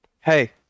Hey